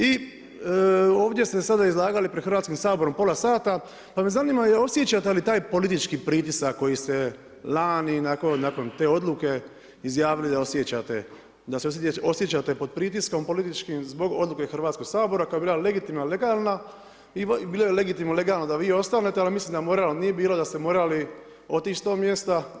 I ovdje ste sada izlagali pred Hrvatskim saborom pola sata, pa me zanima osjećate li taj politički pritisak koji ste lani nakon te odluke izjavili da osjećate, da se osjećate pod pritiskom političkim zbog odluke Hrvatskog sabora koja je bila legitimna, legalna i bilo je legitimno legalno da ostanete, ali mislim da moralno nije bilo da ste morali otići s tog mjesta.